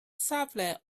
safle